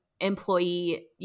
employee